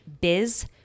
biz